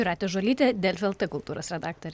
jūratė žuolytė delfi lt kultūros redaktorė